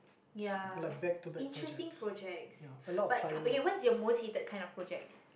ya interesting projects but okay what's your most hated kind of projects